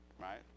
Right